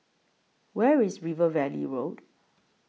Where IS River Valley Road